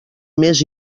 més